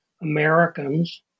Americans